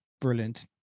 Brilliant